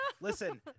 listen